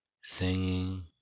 singing